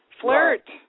Flirt